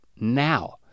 Now